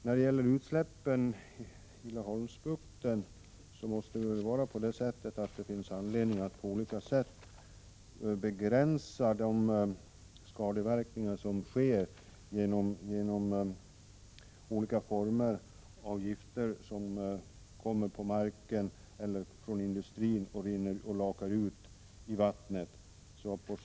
När det gäller utsläppen i Laholmsbukten finns det anledning att på olika sätt begränsa skadeverkningarna genom de gifter som kommer från industrin och lakas ut i vattnet.